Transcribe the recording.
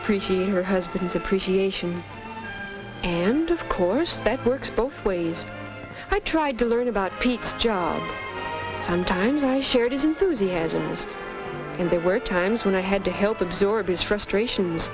appreciate her husband's appreciation and of course that works both ways i tried to learn about peaks job sometimes i shared enthusiasm and there were times when i had to help absorb his frustrations